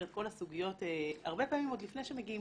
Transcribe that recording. את כל הסוגיות הרבה פעמים עוד לפני שמגיעים